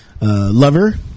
lover